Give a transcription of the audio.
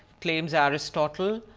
claims aristotle,